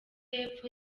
y’epfo